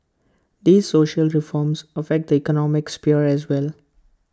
these social reforms affect economic sphere as well